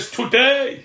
today